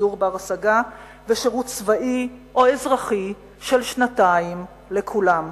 דיור בר-השגה ושירות צבאי או אזרחי של שנתיים לכולם.